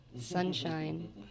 Sunshine